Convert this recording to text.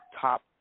top